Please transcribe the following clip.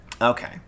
Okay